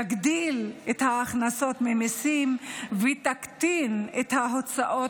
תגדיל את ההכנסות ממיסים ותקטין את ההוצאות